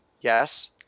yes